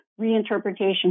reinterpretation